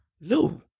Lou